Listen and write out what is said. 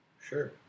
Sure